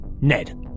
Ned